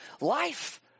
life